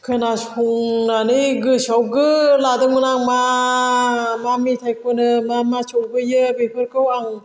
खोनासंनानै गोसोआव गो लादोंमोन आं मा मा मेथाइ खनो मा मा सफैयो बेफोरखौ आं